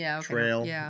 trail